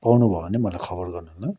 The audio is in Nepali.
पाउनु भयो भने मलाई खबर गर्नु ल